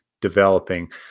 developing